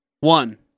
One